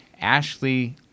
ashley